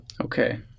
Okay